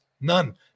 None